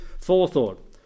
forethought